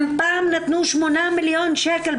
הם פעם נתנו 8 מיליון שקל,